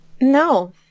No